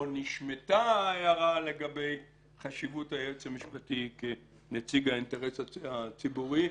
נשמטה ההערה לגבי חשיבות היועץ המשפטי כנציג האינטרס הציבורי.